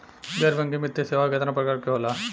गैर बैंकिंग वित्तीय सेवाओं केतना प्रकार के होला?